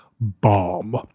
Bomb